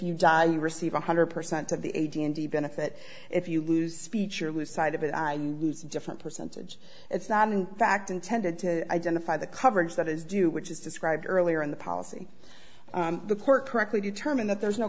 you receive one hundred percent of the a d n d benefit if you lose speech or lose sight of it i use a different percentage it's not in fact intended to identify the coverage that is due which is described earlier in the policy the court correctly determined that there's no